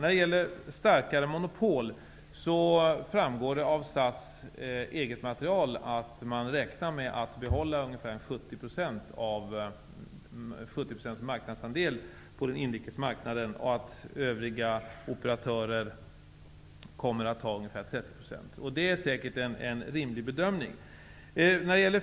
När det gäller starkare monopol framgår det av SAS eget material att man räknar med att behålla ungefär 70 % marknadsandel på den inrikes marknaden och att övriga operatörer kommer att ha ungefär 30 %. Det är säkert en rimlig bedömning.